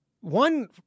one